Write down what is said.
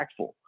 impactful